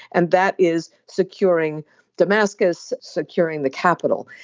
and that is securing damascus securing the capital.